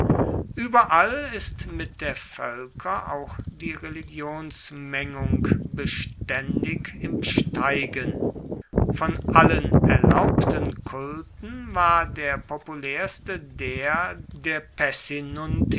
überall ist mit der völker auch die religionsmengung beständig im steigen von allen erlaubten kulten war der populärste der der